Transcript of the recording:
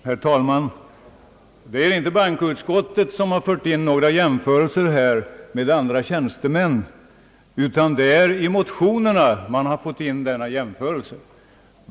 Herr talman! Det är inte bankoutskottet som fört in jämförelser med andra tjänstemän i debatten, utan det är motionärerna som gjort denna jämförelse.